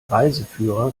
reiseführer